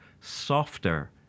softer